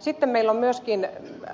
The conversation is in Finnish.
sitten on myöskin